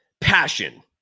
Passion